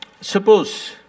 suppose